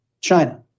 China